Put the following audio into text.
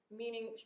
meaning